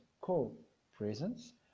co-presence